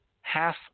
half